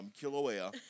Kilauea